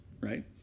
right